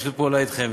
בשיתוף פעולה אתכם,